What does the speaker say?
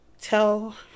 tell